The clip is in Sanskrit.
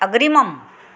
अग्रिमम्